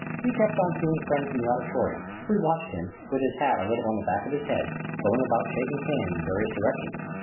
he kept on seeing friends in the auditorium. we watched him, with his hat a little on the back of his head, going about shaking hands in various directions.